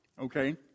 okay